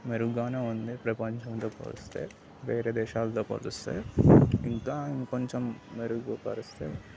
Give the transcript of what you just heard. మెరుగ్గానే ఉంది ప్రపంచంతో పోలిస్తే వేరే దేశాలతో పోలిస్తే ఇంకా ఇంకొంచెం మెరుగుపరిస్తే